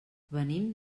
venim